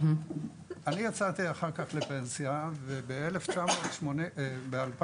אני יצאתי אחר כך לפנסיה ובשנת 2006,